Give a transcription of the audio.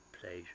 pleasure